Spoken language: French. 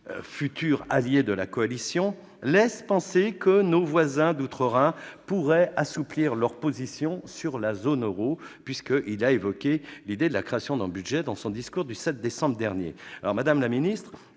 futur allié de la coalition, laissent penser que nos voisins d'outre-Rhin pourraient assouplir leur position sur la zone euro. Il a en effet évoqué l'idée de la création d'un budget dans son discours du 7 décembre dernier. Madame la ministre,